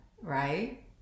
right